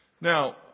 Now